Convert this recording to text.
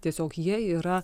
tiesiog jie yra